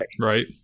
Right